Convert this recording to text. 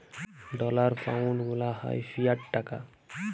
dollar, pound গুলা হ্যয় fiat টাকা